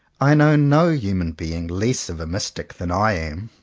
i know no human being less of a mystic than i am.